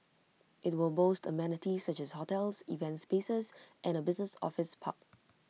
IT will boast amenities such as hotels events spaces and A business office park